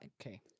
okay